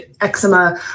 eczema